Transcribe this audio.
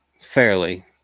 Fairly